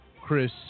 Chris